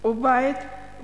או בית,